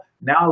Now